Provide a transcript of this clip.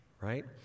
right